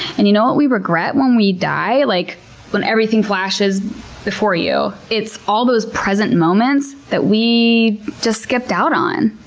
and you know what we regret when we die? like when everything flashes before you? it's all those present moments that we just skipped out on.